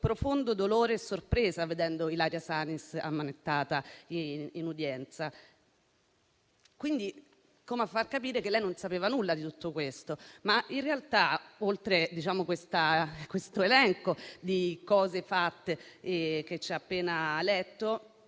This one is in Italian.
"profondo dolore e sorpresa" nel vedere Ilaria Salis ammanettata in udienza, quindi come a far capire di non sapere nulla di tutto questo. In realtà, oltre all'elenco delle cose fatte che ci ha appena letto,